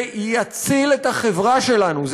זה יציל את החברה שלנו,